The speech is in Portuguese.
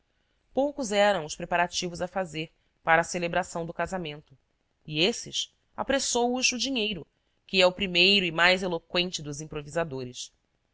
poucos eram os preparativos a fazer para a celebração do casamento e esses apressou os o dinheiro que é o primeiro e mais eloqüente dos improvisadores